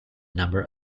number